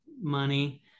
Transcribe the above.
money